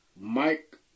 Mike